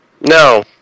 No